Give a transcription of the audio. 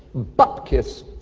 bupkis.